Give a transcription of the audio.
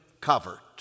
covered